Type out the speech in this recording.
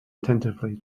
attentively